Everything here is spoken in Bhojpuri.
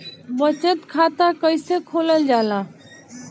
बचत खाता कइसे खोलल जाला?